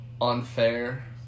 unfair